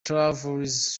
travels